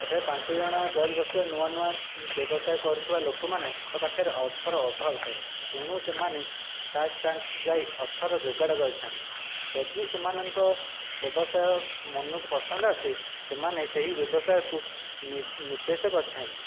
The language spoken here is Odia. ଏଥିରେ ପାଞ୍ଚଜଣ ଜଜ୍ ବସିଥିବେ ନୂଆ ନୂଆ ବ୍ୟବସାୟ କରୁଥିବା ଲୋକମାନେଙ୍କ ପାଖରେ ଅର୍ଥର ଅଭାବ ଥାଏ ତେଣୁ ସେମାନେ ସାର୍କ ଟ୍ୟାଙ୍କକୁ ଯାଇ ଅର୍ଥର ଯୋଗାଡ଼ କରିଥାନ୍ତି ଯଦି ସେମାନଙ୍କ ବ୍ୟବସାୟ ମନକୁ ପସନ୍ଦ ଆସେ ସେମାନେ ସେହି ବ୍ୟବସାୟକୁ ନିବେଶ କରିଥାନ୍ତି